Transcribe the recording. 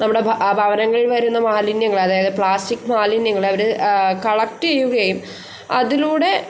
നമ്മുടെ ഭവനങ്ങളിൽ വരുന്ന മാലിന്യങ്ങൾ അതായത് പ്ലാസ്റ്റിക്ക് മാലിന്യങ്ങളെ അവർ കളക്ട് ചെയ്യുകയും അതിലൂടെ